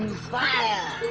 fire!